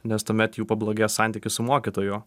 nes tuomet jų pablogės santykis su mokytoju